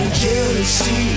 jealousy